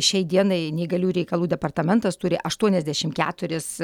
šiai dienai neįgaliųjų reikalų departamentas turi aštuoniasdešimt keturis